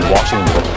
Washington